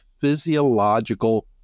physiological